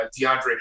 DeAndre